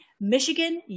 Michigan